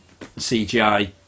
CGI